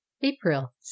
APRIL